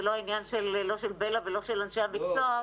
זה לא עניין לא של בלה ולא של אנשי המקצוע,